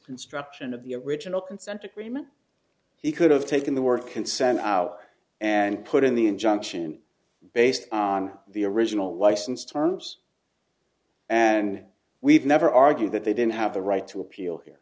construction of the original consent agreement he could have taken the word consent out and put in the injunction based on the original license terms and we've never argued that they didn't have the right to appeal here